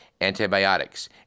antibiotics